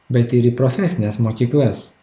bet ir į profesines mokyklas